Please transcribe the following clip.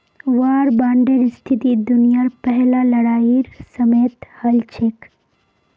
वार बांडेर स्थिति दुनियार पहला लड़ाईर समयेत हल छेक